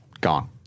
gone